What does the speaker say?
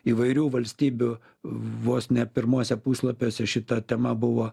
įvairių valstybių vos ne pirmuose puslapiuose šita tema buvo